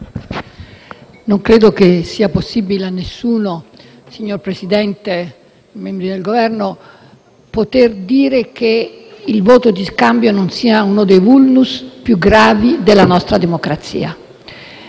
non credo sia possibile a nessuno, signor Presidente, membri del Governo, negare che il voto di scambio sia uno dei *vulnus* più gravi della nostra democrazia,